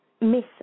miss